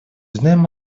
знаем